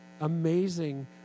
amazing